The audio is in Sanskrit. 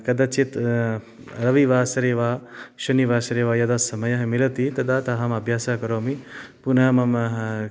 कदाचित् रविवासरे वा शनिवासरे वा यदा समयः मिलति तदा अहम् अभ्यासः करोमि पुनः मम